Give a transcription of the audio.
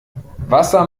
wasser